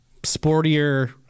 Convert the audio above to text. sportier